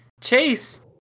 Chase